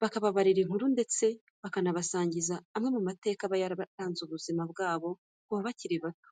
bakababarira inkuru ndetse bakabasangiza amwe mu mateka aba yararanze ubuzima bwabo kuva bakiri bato.